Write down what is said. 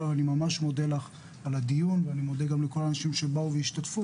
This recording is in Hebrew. אני ממש מודה לך על הדיון ואני מודה גם לכל האנשים שבאו והשתתפו